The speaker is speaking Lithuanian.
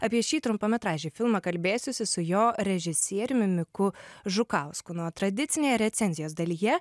apie šį trumpametražį filmą kalbėsiuosi su jo režisieriumi miku žukausku na o tradicinėje recenzijos dalyje